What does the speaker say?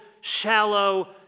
shallow